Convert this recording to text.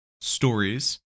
stories